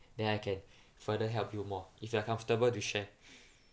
then I can further help you more if you're comfortable to share